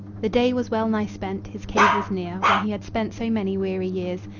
the day was well-nigh spent his cave was near, where he had spent so many weary years,